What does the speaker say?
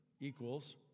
equals